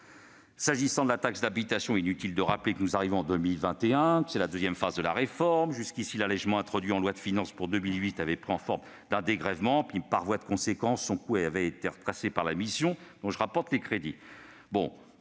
la réforme de la taxe d'habitation, il est utile de se rappeler que nous arrivons, en 2021, dans la deuxième phase de la réforme. Jusqu'ici, l'allégement introduit en loi de finances pour 2018 avait pris la forme d'un dégrèvement et, par voie de conséquence, son coût était retracé par la mission dont je rapporte les crédits.